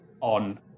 on